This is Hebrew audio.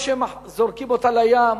או שזורקים אותה לים,